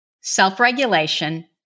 self-regulation